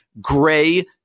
Gray